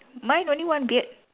mine only one beard